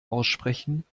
aussprechen